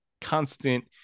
constant